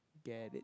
get it